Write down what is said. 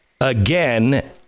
Again